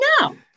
no